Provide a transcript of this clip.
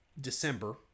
December